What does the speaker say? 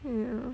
ya